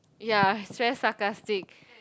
ya he's very sarcastic